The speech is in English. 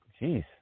Jeez